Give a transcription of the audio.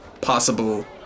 possible